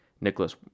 Nicholas